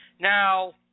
Now